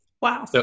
Wow